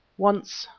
once,